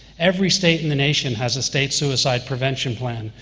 every state in the nation has a state suicide prevention plan,